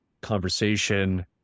conversation